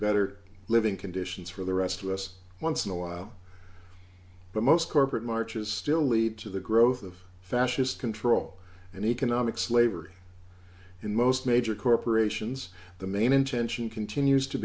better living conditions for the rest of us once in a while but most corporate marches still lead to the growth of fascist control and economic slavery in most major corporations the main intention continues to